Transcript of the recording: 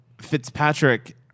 Fitzpatrick